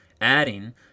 adding